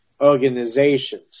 organizations